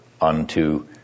unto